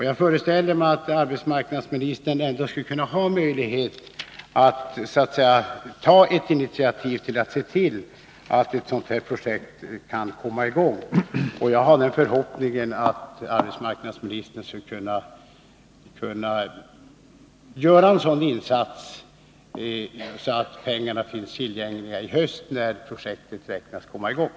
Jag föreställer mig att arbetsmarknadsministern ändå har möjlighet att ta initiativ till att se till att projektet kan komma i gång, och jag har förhoppningen att arbetsmarknadsministern gör en sådan insats, så att medlen finns tillgängliga för projektet i höst.